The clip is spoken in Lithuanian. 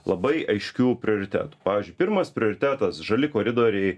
labai aiškių prioritetų pavyzdžiui pirmas prioritetas žali koridoriai